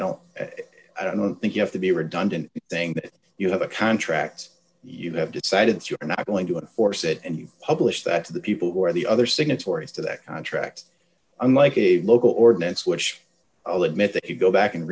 don't i don't think you have to be redundant saying that you have a contract you have decided that you're not going to enforce it and you publish that to the people who are the other signatories to that contract unlike a local ordinance which i'll admit that you go back and